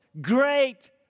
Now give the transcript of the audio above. Great